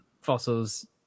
fossils